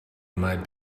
might